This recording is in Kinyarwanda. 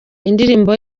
indirimbo